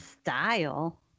style